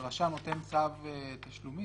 כשרשם נותן צו תשלומים,